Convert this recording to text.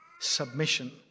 submission